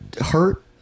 hurt